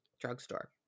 drugstore